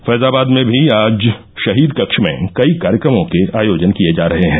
फैजाबाद में भी आज शहीद कक्ष में कई कार्यक्रमों के आयोजन किए जा रहे हैं